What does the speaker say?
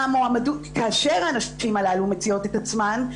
כאשר הנשים הללו מציעות את עצמן,